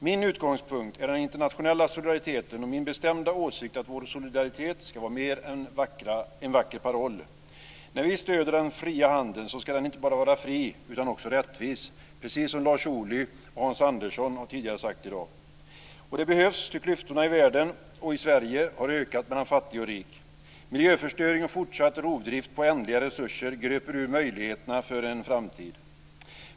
Min utgångspunkt är den internationella solidariteten och min bestämda åsikt att vår solidaritet ska vara mer än en vacker paroll. När vi stöder den fria handeln så ska den inte bara vara fri utan också rättvis, precis som Lars Ohly och Hans Andersson har sagt tidigare i dag. Det behövs, ty klyftorna i världen och Sverige har ökat mellan fattig och rik. Miljöförstöring och fortsatt rovdrift på ändliga resurser gröper ur möjligheterna till en framtid.